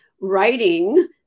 writing